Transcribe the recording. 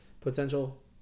potential